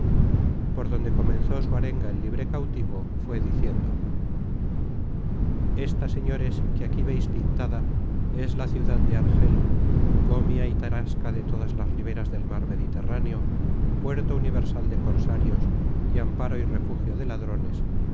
por donde comenzó su arenga el libre cautivo fué diciendo esta señores que aquí veis pintada es la ciudad de argel gomia y tarasca de todas las riberas del mar mediterráneo puerto universal de cosarios y amparo y refugio de ladrones